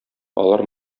алар